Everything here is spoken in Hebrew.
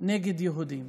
נגד יהודים,